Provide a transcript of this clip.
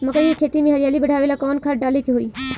मकई के खेती में हरियाली बढ़ावेला कवन खाद डाले के होई?